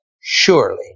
surely